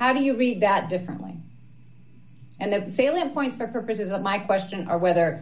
how do you read that differently and the salient points for purposes of my question are whether